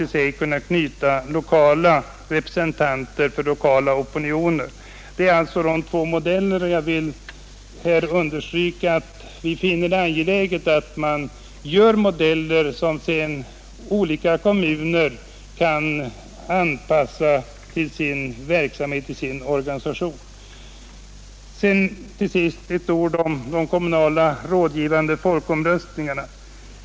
Sedan skulle den av fullmäktige utsedda delen av kommundelsråden till sig kunna knyta ytterligare representanter för lokala opinioner. Det är alltså de två modellerna. Jag vill understryka att vi finner det angeläget att man gör modeller som kommuner med olika förutsättningar kan anpassa till sin verksamhet. Till sist några ord om de kommunala rådgivande folkomröstningarna.